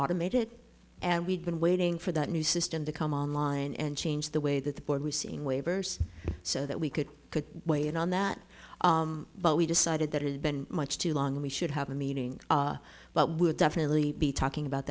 automated and we've been waiting for that new system to come online and change the way that the board we've seen waivers so that we could could weigh in on that but we decided that it had been much too long we should have a meeting but would definitely be talking about